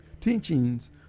Teachings